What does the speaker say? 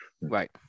Right